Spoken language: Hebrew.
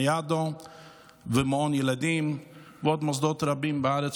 20 ילדים נשכחו ומעל 900 ננעלו,